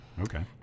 Okay